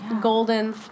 golden